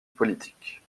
politiques